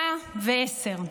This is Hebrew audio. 110,